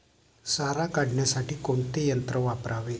सारा काढण्यासाठी कोणते यंत्र वापरावे?